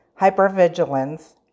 hypervigilance